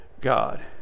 God